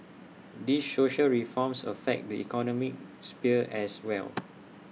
these social reforms affect the economic sphere as well